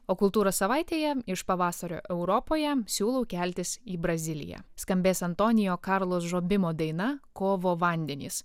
o kultūros savaitėje iš pavasario europoje siūlau keltis į braziliją skambės antonijo karlos žobimo daina kovo vandenys